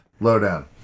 Lowdown